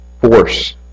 force